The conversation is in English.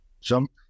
jump